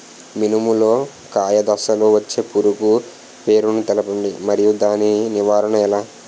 మినుము లో కాయ దశలో వచ్చే పురుగు పేరును తెలపండి? మరియు దాని నివారణ ఎలా?